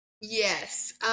Yes